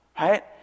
right